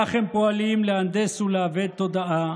כך הם פועלים להנדס ולעוות תודעה